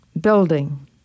building